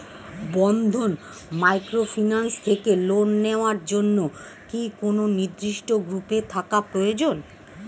বন্ধন microfinance থেকে loan নেওয়ার জন্য কি কোন নির্দিষ্ট গ্রুপে থাকা প্রয়োজন?